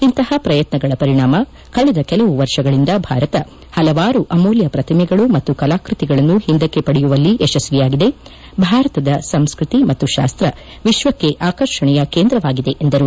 ಇಂತಹ ಪ್ರಯತ್ನಗಳ ಪರಿಣಾಮ ಕಳೆದ ಕೆಲವು ವರ್ಷಗಳಿಂದ ಭಾರತ ಹಲವಾರು ಅಮೂಲ್ಯ ಪ್ರತಿಮೆಗಳು ಮತ್ತು ಕಲಾಕೃತಿಗಳನ್ನು ಹಿಂದಕ್ಕೆ ಪಡೆಯುವಲ್ಲಿ ಯಶಸ್ವಿಯಾಗಿದೆ ಭಾರತದ ಸಂಸ್ಕೃತಿ ಮತ್ತು ಶಾಸ್ತ್ರ ವಿಶ್ವಕ್ಕೆ ಆಕರ್ಷಣೆಯ ಕೇಂದ್ರವಾಗಿದೆ ಎಂದರು